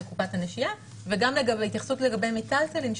קופת הנשייה וגם ההתייחסות לגבי מיטלטלין,